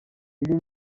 iyi